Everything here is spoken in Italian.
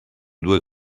due